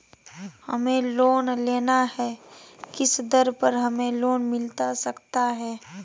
हमें लोन लेना है किस दर पर हमें लोन मिलता सकता है?